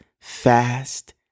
Fast